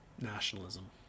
nationalism